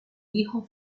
hijo